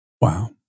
Wow